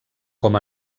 com